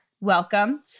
welcome